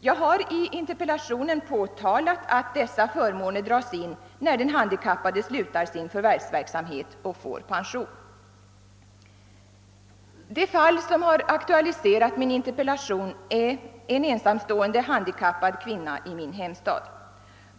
Jag har i interpellationen påtalat att de förmånerna dras in när den handikappade slutar sin förvärvsverksamhet och får pension. Det fall som aktualiserat interpellationen gäller en ensamstående handikappad kvinna i min hemstad.